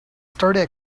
started